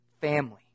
family